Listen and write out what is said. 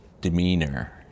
demeanor